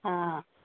हँ